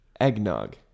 Eggnog